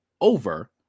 over